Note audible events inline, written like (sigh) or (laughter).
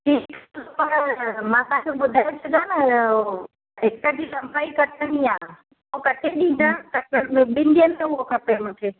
जी (unintelligible) मां तव्हांखे ॿुधाया थी छॾियां न उहो हिक जी लम्बाई कटिणी आहे ऐं कटे ॾींदा तकिड़ में ॿिनि ॾींहंनि में हू खपे मूंखे